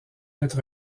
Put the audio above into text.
être